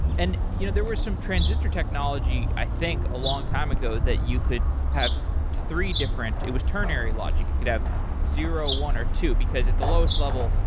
and you know there were some transistor technology, i think, a long time ago that you could have three different it was ternary logic. you could have zero, one or two, because at the lowest level,